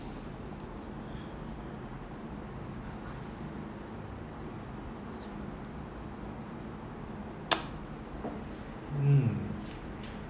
mm